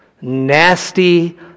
nasty